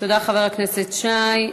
תודה, חבר הכנסת שי.